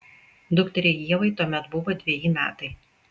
dukteriai ievai tuomet buvo dveji metai